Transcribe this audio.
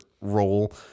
role